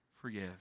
Forgive